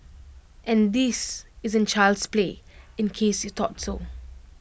and this isn't child's play in case you thought so